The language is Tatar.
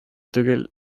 түгел